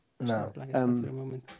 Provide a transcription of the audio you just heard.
No